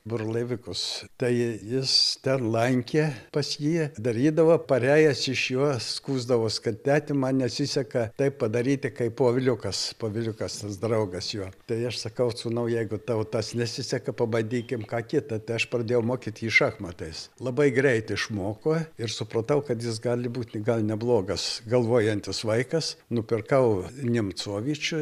burlaivikus tai jis ten lankė pas jį darydavo parėjęs iš jo skųsdavos kad teti man nesiseka taip padaryti kaip poviliukas poviliukas tas draugas jo tai aš sakau sūnau jeigu tau tas nesiseka pabandykim ką kitą tai aš pradėjau mokyt jį šachmatais labai greit išmoko ir supratau kad jis gali būti gal neblogas galvojantis vaikas nupirkau nemcovo vyčiu